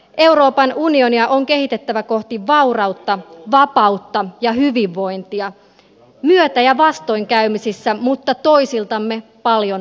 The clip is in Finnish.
euroopan unionia on kehitettävä kohti vaurautta vapautta ja hyvinvointia myötä ja vastoinkäymisissä mutta toisiltamme paljon